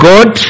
God